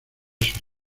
sus